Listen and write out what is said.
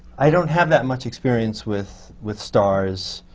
i don't have that much experience with with stars,